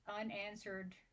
unanswered